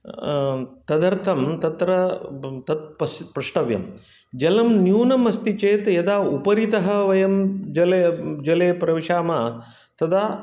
तदर्थं तत्र तत् पश् प्रष्टव्यं जलं न्यूनमस्ति चेत् यदा उपरितः वयं जले जले प्रविशाम तदा